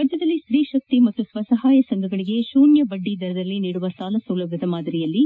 ರಾಜ್ಞದಲ್ಲಿ ಸ್ತೀತಕ್ತಿ ಹಾಗೂ ಸ್ವ ಸಹಾಯ ಸಂಘಗಳಿಗೆ ಶೂನ್ತ ಬಡ್ಡಿ ದರದಲ್ಲಿ ನೀಡುವ ಸಾಲ ಸೌಲಭ್ಞದ ಮಾದರಿಯಲ್ಲಿ